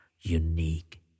unique